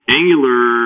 Angular